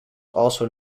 also